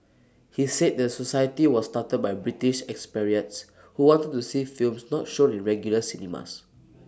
he said the society was started by British expatriates who wanted to see films not shown in regular cinemas